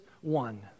one